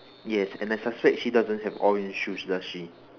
yes and I suspect she doesn't have orange shoes does she